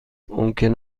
ممکن